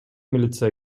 милиция